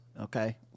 Okay